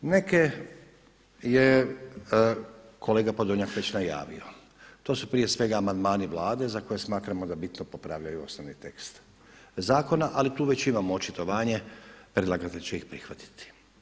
Neke je kolega Podolnjak već najavio, to su prije svega amandmani Vlade za koje smatramo da bitno popravljaju osnovni tekst zakona, ali tu već imamo očitovanje predlagatelj će ih prihvatiti.